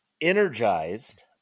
energized